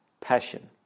passion